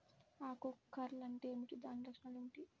ఆకు కర్ల్ అంటే ఏమిటి? దాని లక్షణాలు ఏమిటి?